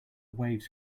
waves